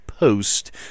post